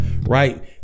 Right